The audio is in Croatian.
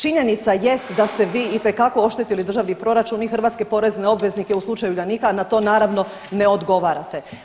Činjenica jest da ste vi itekako oštetili državni proračun i hrvatske državne obveznike u slučaju Uljanika, a na to naravno ne odgovarate.